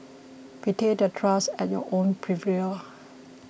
betray that trust at your own peril